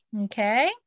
Okay